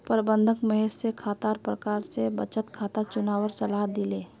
प्रबंधक महेश स खातार प्रकार स बचत खाता चुनवार सलाह दिले